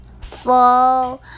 four